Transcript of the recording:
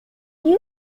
you